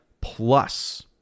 plus